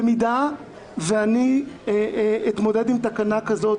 במידה שאני אתמודד עם תקנה כזאת,